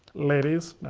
ladies.